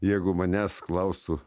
jeigu manęs klaustų